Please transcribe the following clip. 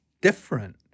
different